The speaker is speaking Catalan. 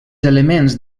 elements